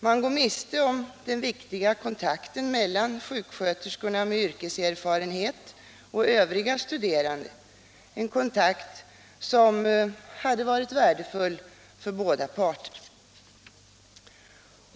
Man går miste om den viktiga kontakten mellan sjuksköterskorna med yrkeserfarenhet och övriga studerande, en kontakt som hade varit värdefull för båda parter.